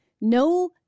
no